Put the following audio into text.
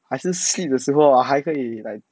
还是 sleep 的时候啊还可以 like